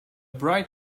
bright